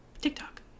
TikTok